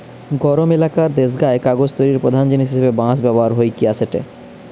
গরম এলাকার দেশগায় কাগজ তৈরির প্রধান জিনিস হিসাবে বাঁশ ব্যবহার হইকি আসেটে